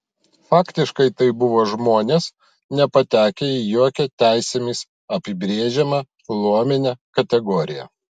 faktiškai tai buvo žmonės nepatekę į jokią teisėmis apibrėžiamą luominę kategoriją